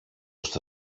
στα